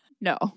No